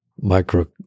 micro